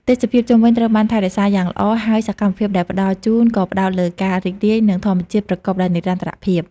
ទេសភាពជុំវិញត្រូវបានថែរក្សាយ៉ាងល្អ ហើយសកម្មភាពដែលផ្តល់ជូនក៏ផ្តោតលើការរីករាយនឹងធម្មជាតិប្រកបដោយនិរន្តរភាព។